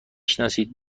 شناسید